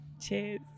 Cheers